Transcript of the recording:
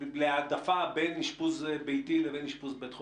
להעדפה בין אשפוז ביתי לבין אשפוז בבית החולים.